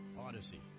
Odyssey